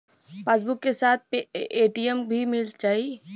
Passbook के साथ ATM भी मील जाई?